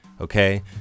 Okay